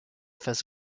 face